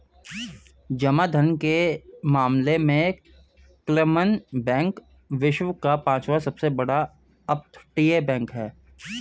जमा धन के मामले में क्लमन बैंक विश्व का पांचवा सबसे बड़ा अपतटीय बैंक है